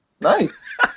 Nice